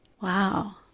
Wow